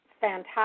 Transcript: fantastic